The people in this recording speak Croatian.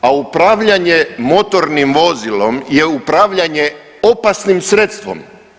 A upravljanjem motornim vozilom je upravljanje opasnim sredstvom.